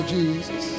Jesus